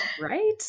right